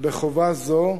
בחובה זו,